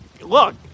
Look